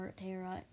Terra